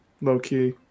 low-key